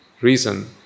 reason